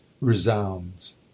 resounds